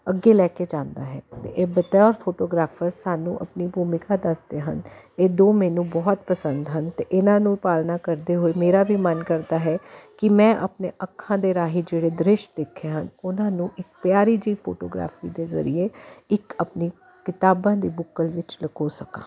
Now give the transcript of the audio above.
ਅੱਗੇ ਲੈ ਕੇ ਜਾਂਦਾ ਹੈ ਅਤੇ ਇਹ ਬਤੌਰ ਫੋਟੋਗ੍ਰਾਫਰ ਸਾਨੂੰ ਆਪਣੀ ਭੂਮਿਕਾ ਦੱਸਦੇ ਹਨ ਇਹ ਦੋ ਮੈਨੂੰ ਬਹੁਤ ਪਸੰਦ ਹਨ ਅਤੇ ਇਹਨਾਂ ਨੂੰ ਪਾਲਣਾ ਕਰਦੇ ਹੋਏ ਮੇਰਾ ਵੀ ਮਨ ਕਰਦਾ ਹੈ ਕਿ ਮੈਂ ਆਪਣੇ ਅੱਖਾਂ ਦੇ ਰਾਹੀਂ ਜਿਹੜੇ ਦ੍ਰਿਸ਼ ਦੇਖੇ ਹਨ ਉਹਨਾਂ ਨੂੰ ਇੱਕ ਪਿਆਰੀ ਜਿਹੀ ਫੋਟੋਗ੍ਰਾਫੀ ਦੇ ਜ਼ਰੀਏ ਇੱਕ ਆਪਣੀ ਕਿਤਾਬਾਂ ਦੀ ਬੁੱਕਲ ਵਿੱਚ ਲਕੋ ਸਕਾ